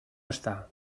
estar